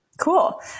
Cool